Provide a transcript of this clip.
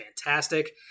fantastic